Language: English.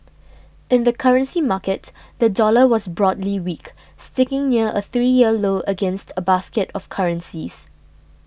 in the currency market the dollar was broadly weak sticking near a three year low against a basket of currencies